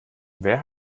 wer